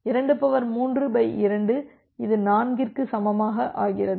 232இது 4 ற்கு சமமாக ஆகிறது